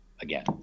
again